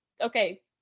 okay